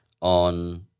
on